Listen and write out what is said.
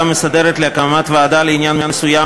המסדרת בדבר הקמת ועדה לעניין מסוים,